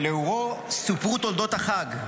ולאורו סופרו תולדות החג.